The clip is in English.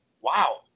wow